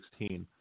2016